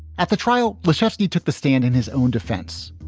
at the trial, lisowski took the stand in his own defense.